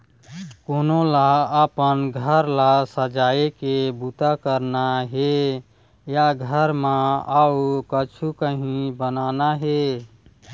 कोनो ल अपन घर ल सजाए के बूता करना हे या घर म अउ कछु काही बनाना हे